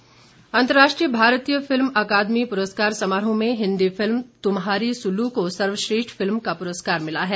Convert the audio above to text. film पुरस्कार अंतर्राष्ट्रीय भारतीय फिल्म अकादमी पुरस्कार समारोह में हिन्दी फिल्म तुम्हारी सुल्लू को सर्वश्रेष्ठ फिल्म का पुरस्कार मिला है